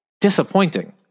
disappointing